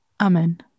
Amen